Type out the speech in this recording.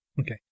Okay